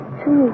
two